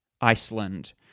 Iceland